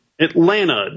Atlanta